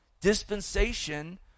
dispensation